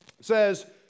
says